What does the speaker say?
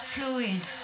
Fluid